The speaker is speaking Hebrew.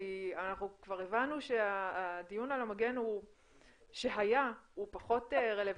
כי אנחנו כבר הבנו שהדיון על המגן שהיה הוא פחות רלוונטי.